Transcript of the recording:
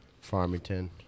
Farmington